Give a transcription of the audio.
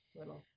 little